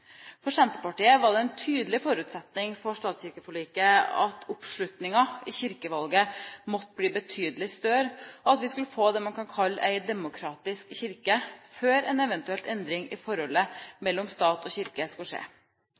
For Senterpartiet var det en tydelig forutsetning for stat–kirke-forliket at oppslutningen i kirkevalget måtte bli betydelig større, og at vi skulle få det man kan kalle en demokratisk kirke, før en eventuell endring i forholdet mellom stat og kirke skulle skje.